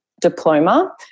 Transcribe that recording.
diploma